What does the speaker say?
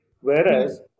Whereas